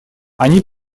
они